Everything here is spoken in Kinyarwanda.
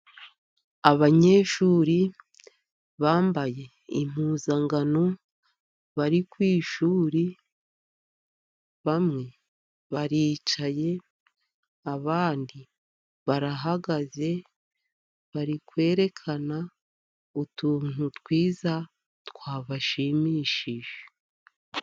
Abanyeshuri bambaye impuzankano, bari ku ishuri, bamwe baricaye, abandi barahagaze, bari kwerekana utuntu twiza, twabashimishije.